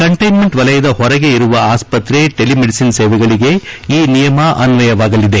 ಕಂಟ್ಲೆನ್ಸೆಂಟ್ ವಲಯದ ಹೊರಗೆ ಇರುವ ಆಸ್ಪತ್ರೆ ಟೆಲಿ ಮೆಡಿಸಿನ್ ಸೇವೆಗಳಿಗೆ ಈ ನಿಯಮ ಅನ್ನಯವಾಗಲಿದೆ